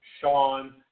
Sean